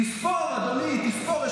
תספור, אדוני, תספור.